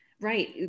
right